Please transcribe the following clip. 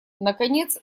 наконец